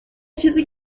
چیزی